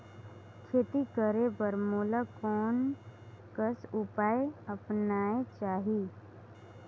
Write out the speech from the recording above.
खेती करे बर मोला कोन कस उपाय अपनाये चाही?